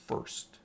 first